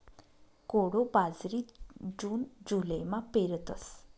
कोडो बाजरी जून जुलैमा पेरतस